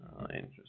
Interesting